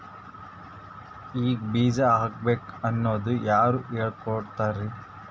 ಹಿಂಗ್ ಬೀಜ ಹಾಕ್ಬೇಕು ಅನ್ನೋದು ಯಾರ್ ಹೇಳ್ಕೊಡ್ತಾರಿ?